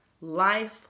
life